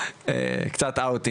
יש לזה ערך גדול,